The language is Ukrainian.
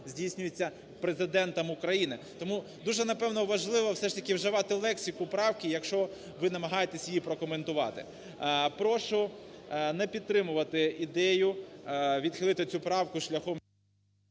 здійснюється Президентом України. Тому дуже, напевно, важливо все ж таки вживати лексику правки, якщо ви намагаєтесь її прокоментувати. Прошу не підтримувати ідею відхилити цю правку шляхом…